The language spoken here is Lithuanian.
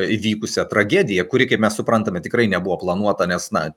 įvykusią tragediją kuri kaip mes suprantame tikrai nebuvo planuota nes na